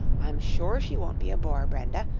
i'm sure she won't be a bore, brenda,